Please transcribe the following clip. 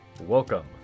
Welcome